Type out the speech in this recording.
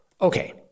Okay